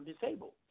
disabled